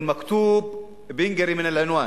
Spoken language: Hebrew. אל-מכּתובּ בּינקרי מן אל-ענוואן.